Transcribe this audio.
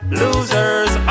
losers